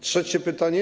Trzecie pytanie.